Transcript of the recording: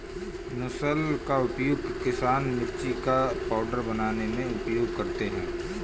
मुसल का उपयोग किसान मिर्ची का पाउडर बनाने में उपयोग करते थे